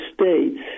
states